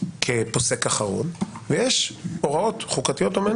כפוסק אחרון ויש הוראות חוקתיות או מעין